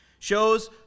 shows